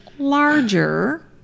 Larger